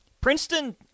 Princeton